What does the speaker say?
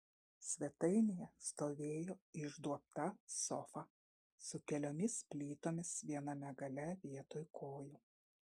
svetainėje stovėjo išduobta sofa su keliomis plytomis viename gale vietoj kojų